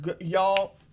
y'all